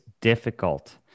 difficult